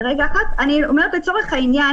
לצורך העניין,